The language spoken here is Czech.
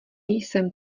jsem